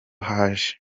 haje